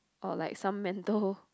or like some mental